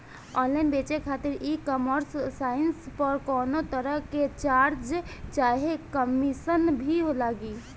Online बेचे खातिर e commerce site पर कौनोतरह के चार्ज चाहे कमीशन भी लागी?